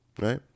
Right